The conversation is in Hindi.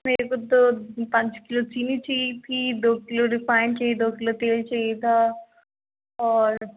मेरे को तो पाँच किलो चीनी चि थी दो किलो रिफाइन्ड चाहिए दोकिलो तेल चाहिए था और